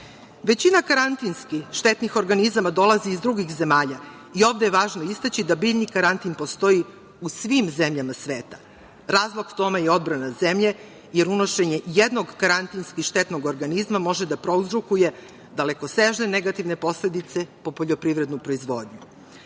važan. Većina karantinski štetnih organizama dolazi iz drugih zemalja i ovde je važno istaći da biljni karantin postoji u svim zemljama sveta. Razlog tome je odbrana zemlje, jer unošenje jednog karantinski štetnog organizma može da prouzrokuje dalekosežne negativne posledice po poljoprivrednu proizvodnju. Stoga